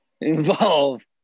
Involve